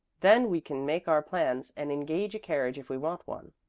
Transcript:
then we can make our plans, and engage a carriage if we want one.